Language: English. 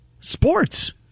Sports